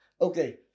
Okay